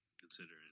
considering